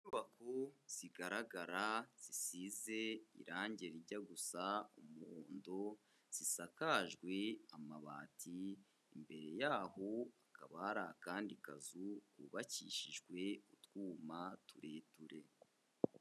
Inyubako zigaragara, zisize irangi rijya gusa umundo, zisakajwe amabati, imbere yaho hakaba hari akandi kazu, kubakishijwe utwuma tureture.